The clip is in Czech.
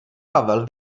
pavel